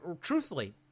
truthfully